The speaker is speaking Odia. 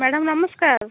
ମ୍ୟାଡ଼ାମ୍ ନମସ୍କାର